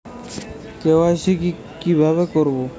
KYC কিভাবে করব?